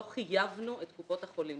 לא חייבנו את קופות החולים.